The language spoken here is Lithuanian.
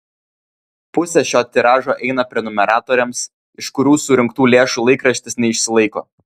pusė šio tiražo eina prenumeratoriams iš kurių surinktų lėšų laikraštis neišsilaiko